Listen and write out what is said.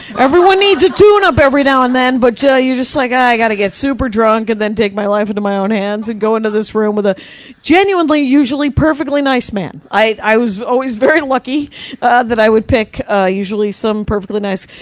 everyone needs a tune up every now and then, but yeah ah, you just, like i gotta get super drunk and then take my life into my own hands and go into this room with a genuinely usually perfectly nice man. i i was always very lucky that i would usually pick ah usually pick some perfectly nice